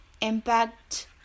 impact